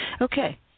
Okay